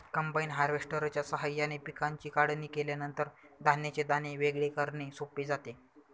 combine हार्वेस्टरच्या साहाय्याने पिकांची काढणी केल्यानंतर धान्याचे दाणे वेगळे करणे सोपे जाते